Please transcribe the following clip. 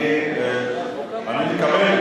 אני מקבל,